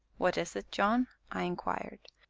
what is it, john? i inquired.